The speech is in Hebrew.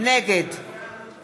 נגד